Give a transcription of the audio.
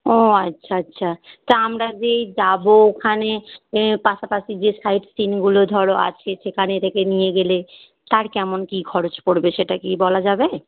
ও আচ্ছা আচ্ছা তা আমরা যে এই যাব ওখানে এ পাশাপাশি যে সাইট সিনগুলো ধরো আছে সেখানে থেকে নিয়ে গেলে তার কেমন কী খরচ পড়বে সেটা কি বলা যাবে